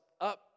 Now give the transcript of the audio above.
up